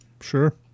Sure